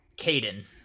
caden